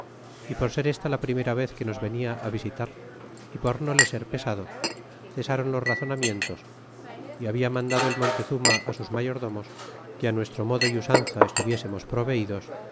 y por ser esta la primera vez que nos venia á visitar y por no le ser pesado cesron los razonamientos y habla mandado el montezuma sus mayordomos que nuestro modo y usanza estuviésemos proveidos